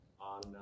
on